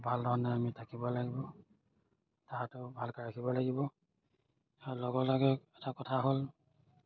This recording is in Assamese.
ভালধৰণে আমি থাকিব লাগিব তাহাঁতকো ভালকৈ ৰাখিব লাগিব আৰু লগে লগে এটা কথা হ'ল